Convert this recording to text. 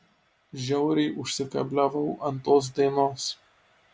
žiauriai užsikabliavau ant tos dainos